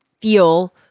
feel